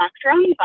spectrum